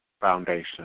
foundation